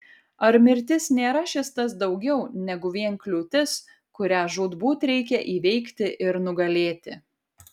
ar mirtis nėra šis tas daugiau negu vien kliūtis kurią žūtbūt reikia įveikti ir nugalėti